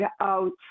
out